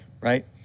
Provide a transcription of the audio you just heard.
right